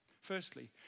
Firstly